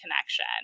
connection